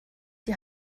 die